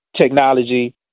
technology